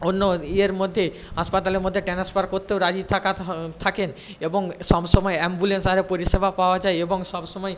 অন্য ইয়ের মধ্যে হাসপাতালের মধ্যে ট্রান্সফার করতেও রাজি থাকা থাকেন এবং সব সময় অ্যাম্বুল্যান্স আর পরিষেবা পাওয়া যায় এবং সব সময়